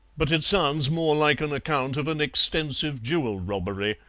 but it sounds more like an account of an extensive jewel robbery.